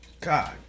God